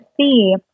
see